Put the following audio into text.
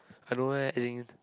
I don't know as in